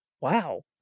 Wow